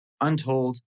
untold